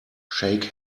shake